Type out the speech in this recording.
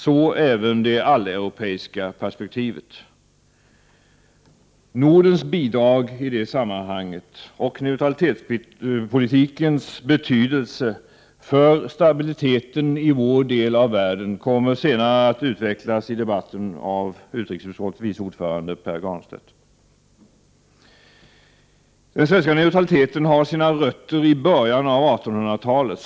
Så även det alleuropeiska perspektivet. Nordens bidrag i det sammanhanget och neutralitetspolitikens betydelse för stabiliteten i vår del av världen kommer senare i debatten att utvecklas av utrikesutskottets vice ordförande Pär Granstedt. Den svenska neutraliteten har sina rötter i början av 1800-talet.